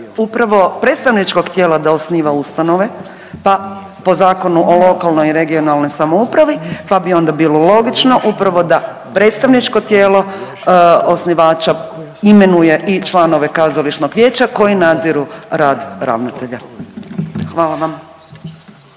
upravo predstavničkog tijela da osniva ustanove, pa po Zakonu o lokalnoj i regionalnoj samoupravi pa bi onda bilo logično upravo da predstavničko tijelo osnivača imenuje i članove kazališnog vijeća koji nadziru rad ravnatelja. Hvala vam.